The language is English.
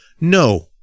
No